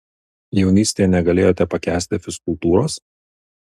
jaunystėje negalėjote pakęsti fizkultūros